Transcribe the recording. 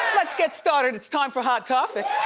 let's get started, it's time for hot topics.